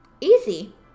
Easy